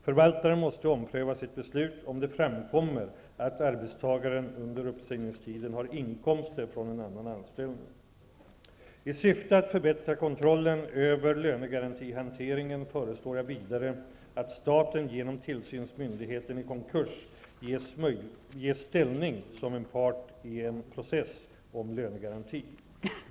Förvaltaren måste ompröva sitt beslut om det framkommer att arbetstagaren under uppsägningstiden har inkomster från annan anställning. I syfte att förbättra kontrollen över lönegarantihanteringen föreslår jag vidare att staten genom tillsynsmyndigheten i konkurs ges ställning som part i en process om lönegaranti.